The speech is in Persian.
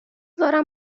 دارم